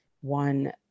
one